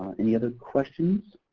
any other questions?